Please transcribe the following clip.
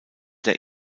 der